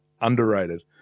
underrated